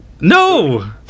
No